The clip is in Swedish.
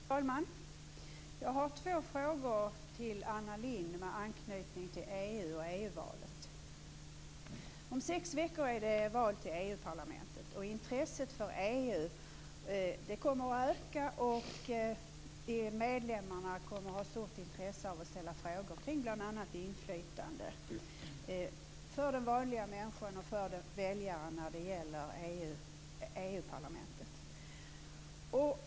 Fru talman! Jag har två frågor till Anna Lindh med anknytning till EU och EU-valet. Om sex veckor är det val till EU-parlamentet. Intresset för EU kommer att öka, och medlemmarna kommer att ha stort intresse av att ställa frågor kring bl.a. inflytandet för de vanliga medlemmarna och väljarna när det gäller parlamentet.